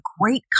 great